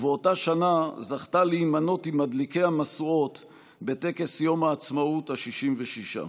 ובאותה שנה זכתה להימנות עם מדליקי המשואות בטקס יום העצמאות ה-66.